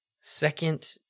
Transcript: second